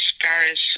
Paris